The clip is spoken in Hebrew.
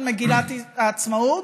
במגילת העצמאות,